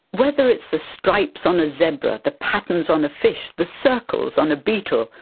whether it's the stripes on a zebra, the patterns on a fish, the circles on a beetle,